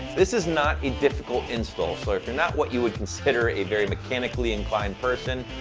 this is not a difficult install so if you're not what you would consider a very mechanically inclined person,